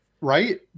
right